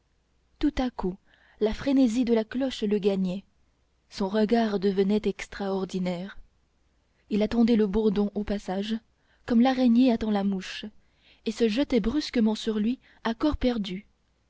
tout à coup la frénésie de la cloche le gagnait son regard devenait extraordinaire il attendait le bourdon au passage comme l'araignée attend la mouche et se jetait brusquement sur lui à corps perdu